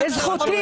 זכותי.